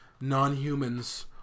non-humans